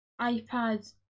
iPad